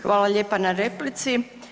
Hvala lijepa na replici.